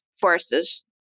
forces